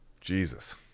Jesus